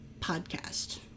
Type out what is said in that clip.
podcast